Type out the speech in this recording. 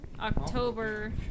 October